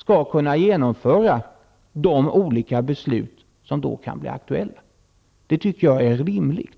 skall kunna genomföra de olika beslut som kan bli aktuella, under förutsättning av riksdagens godkännande. Det är rimligt.